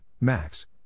Max